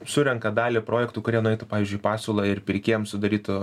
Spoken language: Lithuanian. surenka dalį projektų kurie nueitų pavyzdžiui į pasiūlą ir pirkėjam sudarytų